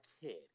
kid